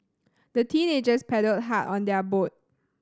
the teenagers paddled hard on their boat